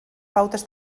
pautes